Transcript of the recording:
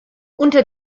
unter